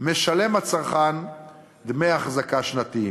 משלם הצרכן דמי אחזקה שנתיים.